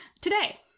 today